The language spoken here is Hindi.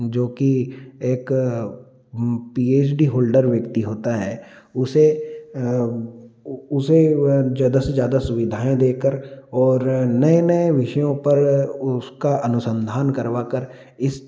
जो कि एक पी एच डी होल्डर व्यक्ति होता है उसे उसे ज्यादा से ज्यादा सुविधाएँ देकर और नए नए विषयों पर उसका अनुसंधान करवाकर इस